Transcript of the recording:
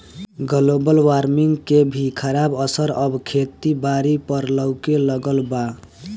global warming के भी खराब असर अब खेती बारी पर लऊके लगल बा